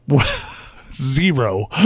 Zero